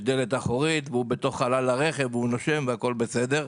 דלת אחורית והוא בתוך חלל הרכב והוא נושם והכול בסדר.